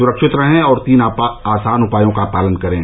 सुरक्षित रहें और तीन आसान उपायों का पालन करें